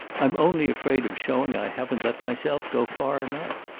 i'm only afraid of showing i haven't let myself go far enough.